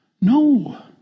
No